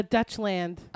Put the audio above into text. Dutchland